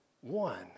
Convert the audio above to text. one